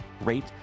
rate